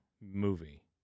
movie